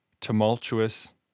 tumultuous